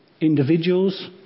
individuals